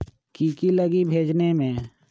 की की लगी भेजने में?